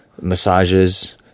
massages